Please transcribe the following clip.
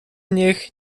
niech